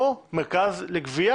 או מרכז לגבייה,